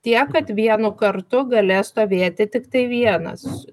tiek kad vienu kartu galės stovėti tiktai vienas